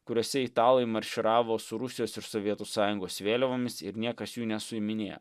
kuriuose italai marširavo su rusijos ir sovietų sąjungos vėliavomis ir niekas jų nesuiminėjo